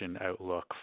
outlook